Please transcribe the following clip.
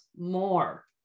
more